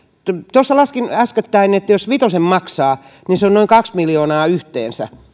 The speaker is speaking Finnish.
tuossa laskin äskettäin että jos se vitosen maksaa niin se on noin kaksi miljoonaa yhteensä